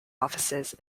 offices